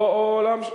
דיון בוועדת הפנים.